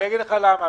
אגיד לך למה,